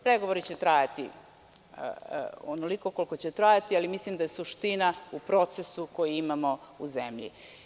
Pregovori će trajati onoliko koliko će trajati, ali mislim da je suština u procesu koji imamo u zemlji.